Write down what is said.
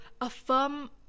affirm